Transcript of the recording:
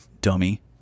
Dummy